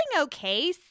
okay